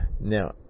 Now